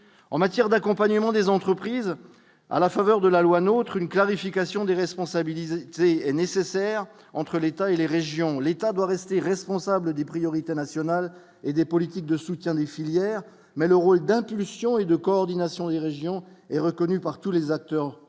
en matière d'accompagnement des entreprises à la faveur de la loi notre une clarification déresponsabiliser c'est nécessaire entre l'État et les régions, l'État doit rester responsable des priorités nationales et des politiques de soutien des filières, mais le rôle d'impulsion et de coordination des régions et reconnue par tous les acteurs